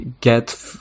Get